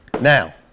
Now